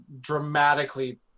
dramatically